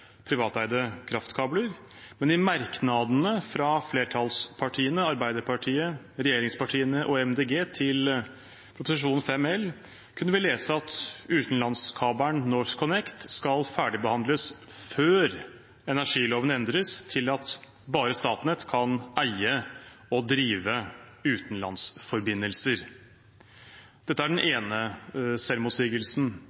privateide kraftkabler, men i merknadene fra flertallspartiene, Arbeiderpartiet, regjeringspartiene og Miljøpartiet De Grønne til Prop. 5 L for 2017–2018 kunne vi lese at utenlandskabelen NorthConnect skal ferdigbehandles før energiloven endres til at bare Statnett kan eie og drive utenlandsforbindelser. Dette er den